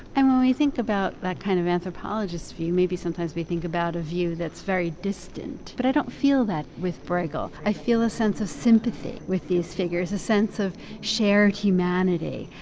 um when we think about that kind of anthropologist, few maybe sometimes may think about a view that's very distant, but i don't feel that with bruegel. i feel a sense of sympathy with these figures, a sense of shared humanity,